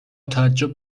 تعجب